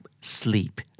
Sleep